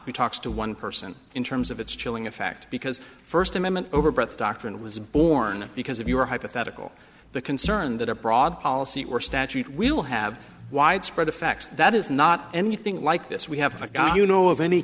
who talks to one person in terms of its chilling effect because first amendment over breath doctrine was born because of your hypothetical the concern that a broad policy or statute will have widespread effects that is not anything like this we have got you know of any